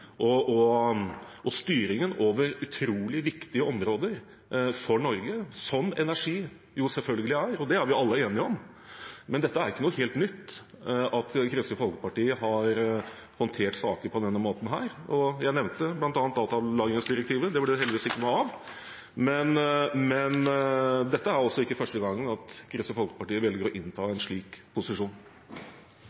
og styringen over et utrolig viktig område for Norge, som energi selvfølgelig er – og det er vi alle enige om. Men det er ikke noe helt nytt at Kristelig Folkeparti har håndtert saker på denne måten. Jeg nevnte bl.a. datalagringsdirektivet. Det ble det heldigvis ikke noe av. Men det er ikke første gang at Kristelig Folkeparti velger å innta